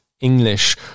English